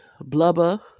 blubber